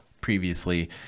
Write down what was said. previously